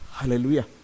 Hallelujah